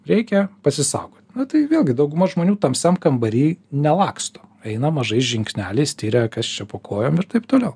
reikia pasisaugot na tai vėlgi dauguma žmonių tamsiam kambary nelaksto eina mažais žingsneliais tiria kas čia po kojom ir taip toliau